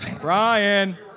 Brian